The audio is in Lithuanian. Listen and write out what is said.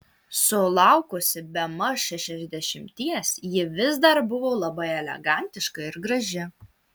sulaukusi bemaž šešiasdešimties ji vis dar buvo labai elegantiška ir graži